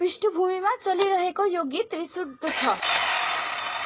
पृष्ठभूमिमा चलिरहेको यो गीत रिस उठ्दो छ